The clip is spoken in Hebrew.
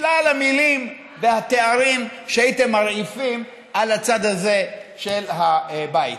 שלל המילים והתארים שהייתם מרעיפים על הצד הזה של הבית,